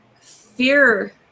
Fear